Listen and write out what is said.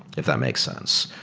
if that makes sense.